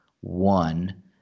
one